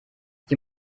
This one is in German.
sie